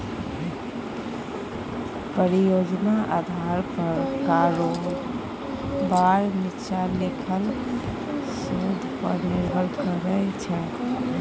परियोजना आधार पर कारोबार नीच्चां लिखल शोध पर निर्भर करै छै